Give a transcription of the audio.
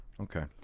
Okay